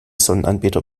sonnenanbeter